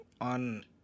on